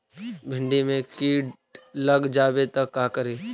भिन्डी मे किट लग जाबे त का करि?